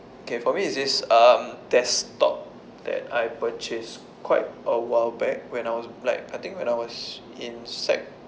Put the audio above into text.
okay for me is this um desktop that I purchased quite a while back when I was like I think when I was in sec